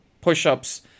push-ups